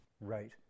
Right